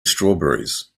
strawberries